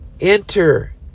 enter